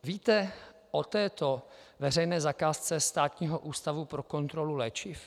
Víte o této veřejné zakázce Státního ústavu pro kontrolu léčiv?